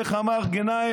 ואיך אמר גנאים,